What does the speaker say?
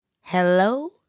hello